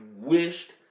wished